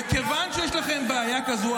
וכיוון שיש לכם בעיה כזו,